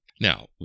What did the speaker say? Now